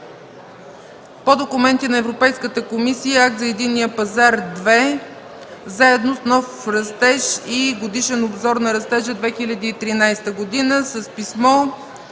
по документи на Европейската комисия – Акт за единния пазар ІІ, Заедно за нов растеж и Годишен обзор на растежа за 2013 г. С писмо